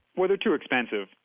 well they're too expensive.